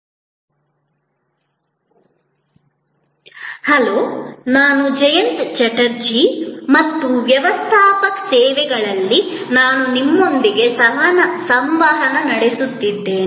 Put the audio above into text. hello ನಾನು ಜಯಂತ ಚಟರ್ಜಿ ಮತ್ತು ವ್ಯವಸ್ಥಾಪಕ ಸೇವೆಗಳಲ್ಲಿ ನಾನು ನಿಮ್ಮೊಂದಿಗೆ ಸಂವಹನ ನಡೆಸುತ್ತಿದ್ದೇನೆ